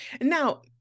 Now